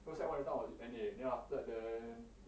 cause sec one that time I was in N_A then after that then